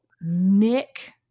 Nick